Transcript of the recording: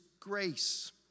grace